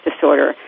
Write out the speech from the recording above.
disorder